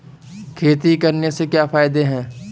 खेती करने से क्या क्या फायदे हैं?